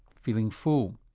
feeling full.